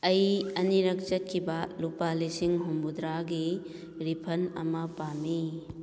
ꯑꯩ ꯑꯅꯤꯔꯛ ꯆꯠꯈꯤꯕ ꯂꯨꯄꯥ ꯂꯤꯁꯤꯡ ꯍꯨꯝꯐꯨꯇꯔꯥꯒꯤ ꯔꯤꯐꯟ ꯑꯃ ꯄꯥꯝꯏ